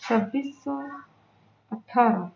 چھبیس سو اٹھارہ